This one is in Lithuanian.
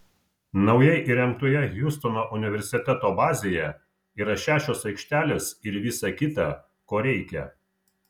naujai įrengtoje hjustono universiteto bazėje yra šešios aikštelės ir visa kita ko reikia